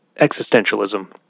existentialism